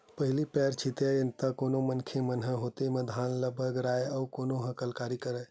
पहिली पैर छितय त कोनो मनखे मन ह हाते म धान ल बगराय अउ कोनो ह कलारी म